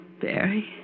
Barry